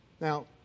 Now